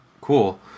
Cool